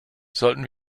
sollten